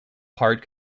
part